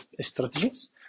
strategies